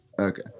Okay